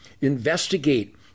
investigate